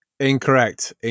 Incorrect